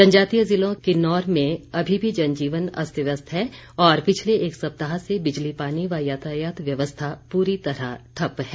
जनजातीय जिला किन्नौर में अभी भी जनजीवन अस्त व्यस्त है और पिछले एक सप्ताह से बिजली पानी व यातायात व्यवस्था पूरी तरह ठप्प है